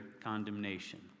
condemnation